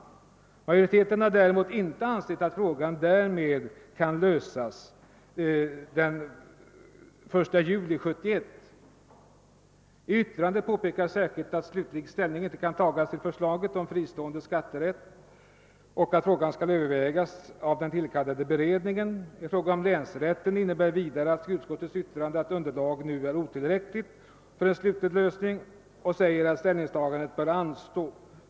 Majoriteten har däremot inte ansett att frågan därmed kan lösas den 1 juli 1971. I utlåtandet påpekas särskilt att slutlig ställning inte kan tas till förslaget om fristående skatterätter utan att frågan skall övervägas av den tillkallade beredningen. I fråga om länsrätterna framhålles vidare i utskottets yttrande, att underlaget nu är otillräckligt för en slutlig lösning; det sägs att ställningstagandet bör anstå.